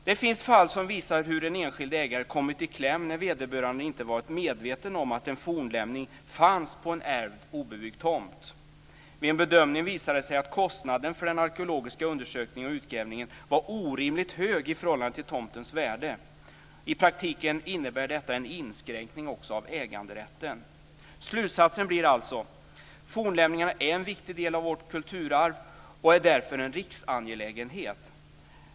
Det finns fall som visar hur en enskild ägare har kommit i kläm när vederbörande inte har varit medveten om att en fornlämning har funnits på en ärvd obebyggd tomt. Vid en bedömning har det visat sig att kostnaden för den arkeologiska undersökningen och utgrävningen var orimligt hög i förhållande till tomtens värde. I praktiken innebär detta en inskränkning också av äganderätten. Slutsatsen blir alltså: Fornlämningarna är en viktig del av vårt kulturarv och är därför en riksangelägenhet.